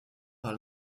par